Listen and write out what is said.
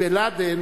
עם בן-לאדן,